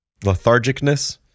lethargicness